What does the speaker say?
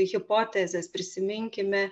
hipotezes prisiminkime